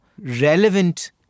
relevant